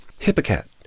hippocat